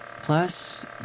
Plus